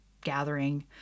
gathering